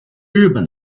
日本